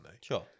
sure